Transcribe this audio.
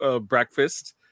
breakfast